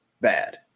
bad